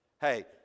Hey